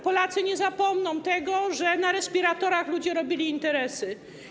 Polacy nie zapomną tego, że na respiratorach ludzie robili interesy.